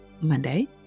monday